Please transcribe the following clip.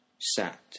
sat